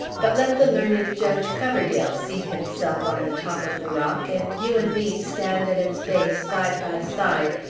but let the learned judge coverdale seat himself on the top of the rock, and you and me stand at its base, side by side,